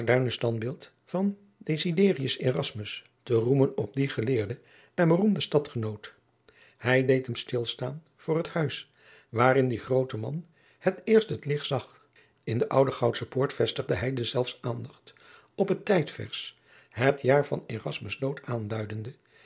standbeeld van desiderius erasmus te roemen op dien geleerden en beroemden stadgenoot hij deed hem stilstaan voor het huis waarin die groote man het eerst het licht zag in de oude goudsche poort vestigde hij deszelfs aandacht op het tijdvers het jaar van erasmus dood aanduidende